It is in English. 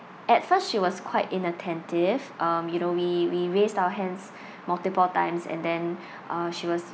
at first she was quite inattentive um you know we we raised our hands multiple times and then uh she was